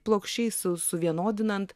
plokščiai susuvienodinant